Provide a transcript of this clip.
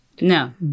no